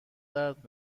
درد